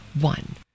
one